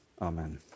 amen